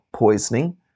Poisoning